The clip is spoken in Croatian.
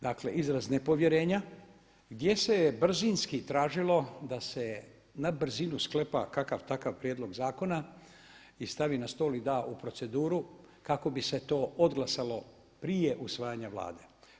Dakle izraz nepovjerenja gdje se je brzinski tražilo da se na brzinu sklepa kakav takav prijedlog zakona i stavi na stol i da u proceduru kako bi se to odglasalo prije usvajanja Vlade.